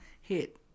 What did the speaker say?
hit